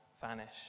vanish